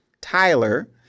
Tyler